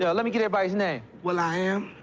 yeah let me get everybody's name. will i am.